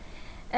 and